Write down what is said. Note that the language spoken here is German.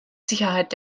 sicherheit